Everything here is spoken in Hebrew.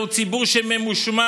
זהו ציבור ממושמע,